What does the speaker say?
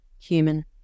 human